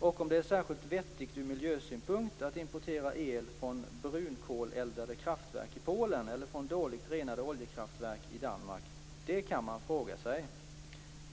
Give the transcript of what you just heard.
Och om det är särskilt vettigt ur miljösynpunkt att importera el från brunkolseldade kraftverk i Polen eller från dåligt renade oljekraftverk i Danmark, det kan man fråga sig.